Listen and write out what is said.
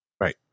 Right